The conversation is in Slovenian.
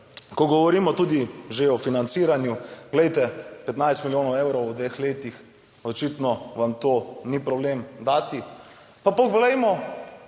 ko govorimo tudi že o financiranju, glejte, 15 milijonov evrov v dveh letih, pa očitno vam to ni problem dati. Pa poglejmo